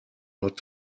not